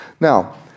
Now